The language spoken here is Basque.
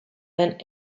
den